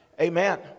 Amen